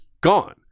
gone